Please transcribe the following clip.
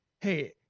Hey